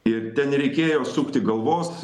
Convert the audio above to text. ir ten nereikėjo sukti galvos